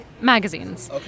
magazines